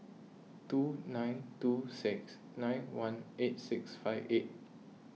two nine two six nine one eight six five eight